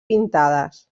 pintades